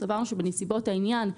סברנו שבנסיבות העניין,